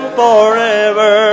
forever